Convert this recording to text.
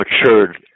matured